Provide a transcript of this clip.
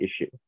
issue